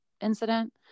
incident